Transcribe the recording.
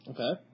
Okay